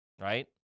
right